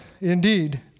indeed